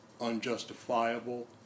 unjustifiable